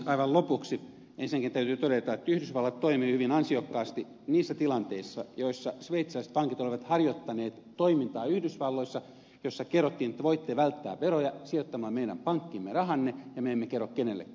aivan lopuksi täytyy ensinnäkin todeta että yhdysvallat toimi hyvin ansiokkaasti niissä tilanteissa joissa sveitsiläiset pankit olivat harjoittaneet toimintaa yhdysvalloissa kertomalla että voitte välttää veroja sijoittamalla meidän pankkiimme rahanne ja me emme kerro kenellekään